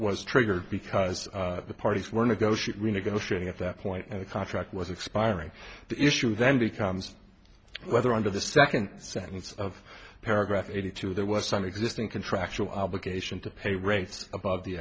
was triggered because the parties were negotiate renegotiating at that point and the contract was expiring the issue then becomes whether under the second sentence of paragraph eighty two there was some existing contractual obligation to pay rates above the